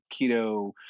keto